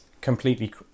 completely